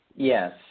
Yes